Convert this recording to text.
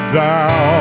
thou